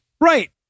right